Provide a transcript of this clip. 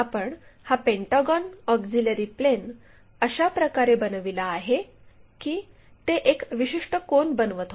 आपण हा pentagon auxiliary plane अशा प्रकारे बनविला आहे की ते एक विशिष्ट कोन बनवत होते